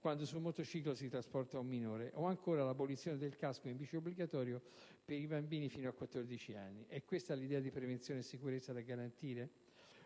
quando su un motociclo si trasporta un minore, o ancora l'abolizione del casco obbligatorio in bicicletta per i bambini fino a 14 anni. È questa l'idea di prevenzione e di sicurezza che